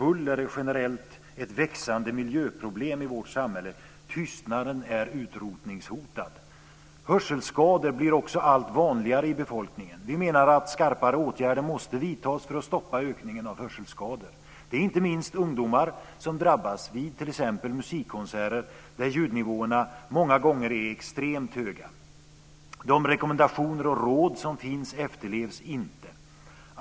Buller är generellt ett växande miljöproblem i vårt samhälle. Tystnaden är utrotningshotad. Hörselskador blir också allt vanligare bland befolkningen. Det är inte minst ungdomar som drabbas vid t.ex. musikkonserter, där ljudnivåerna många gånger är extremt höga.